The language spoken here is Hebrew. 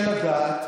לדעת,